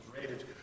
raided